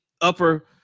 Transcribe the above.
upper